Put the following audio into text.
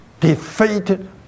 defeated